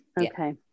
Okay